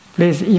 Please